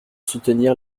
soutenir